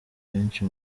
benshi